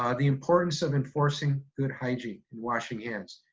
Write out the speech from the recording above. ah the importance of enforcing good hygiene and washing hands.